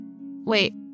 Wait